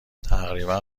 تقریبا